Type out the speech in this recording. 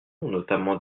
notamment